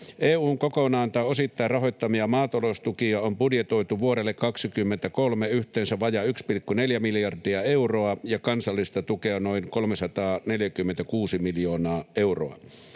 EU:n kokonaan tai osittain rahoittamia maataloustukia on budjetoitu vuodelle 23 yhteensä vajaa 1,4 miljardia euroa ja kansallista tukea noin 346 miljoonaa euroa.